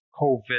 COVID